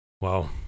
Wow